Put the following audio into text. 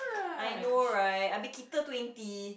I know right abeh kita twenty